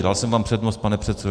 Dal jsem vám přednost, pane předsedo.